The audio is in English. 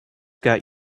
got